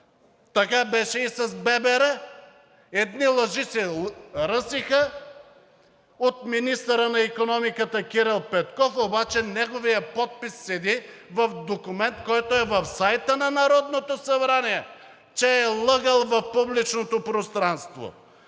Така беше и с ББР – едни лъжи се ръсиха от министъра на икономиката Кирил Петков, обаче неговият подпис седи в документ, който е в сайта на Народното събрание, че е лъгал в публичното пространство.